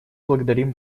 благодарим